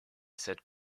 said